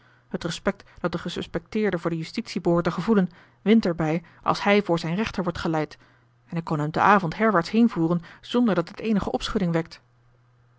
het respect dat de gesuspecteerde voor de justitie behoort te gevoelen wint er bij als hij voor zijn rechter wordt geleid en ik kon hem te avond herwaarts heenvoeren zonderdat het eenige opschudding wekt